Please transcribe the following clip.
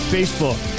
Facebook